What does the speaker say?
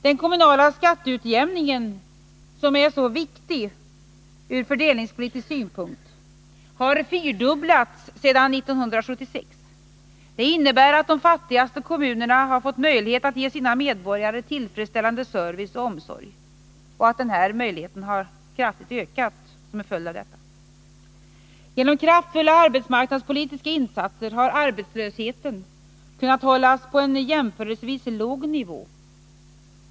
Det kommunala skatteutjämningsbidraget, som är så viktigt ur fördelningspolitisk synpunkt, har fyrdubblats sedan 1976, vilket innebär att de fattigaste kommunernas möjligheter att ge sina medborgare tillfredsställande service och omsorg kraftigt har ökat. Genom kraftfulla arbetsmarknadspolitiska insatser har arbetslösheten kunnat hållas på en jämförelsevis låg nivå.